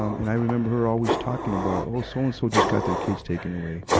um and i remember her always talking about, oh, so-and-so just got their kids taken away.